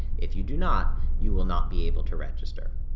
if you do not, you will not be able to register.